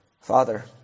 Father